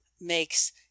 makes